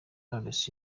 knowless